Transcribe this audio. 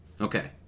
Okay